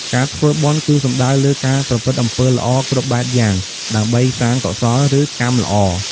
ការធ្វើបុណ្យ គឺសំដៅលើ ការប្រព្រឹត្តអំពើល្អគ្រប់បែបយ៉ាង ដើម្បីសាងកុសល ឬកម្មល្អ។